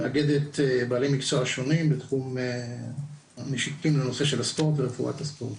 המאגדת בעלי מקצוע שונים המשיקים לנושא של הספורט ורפואת הספורט.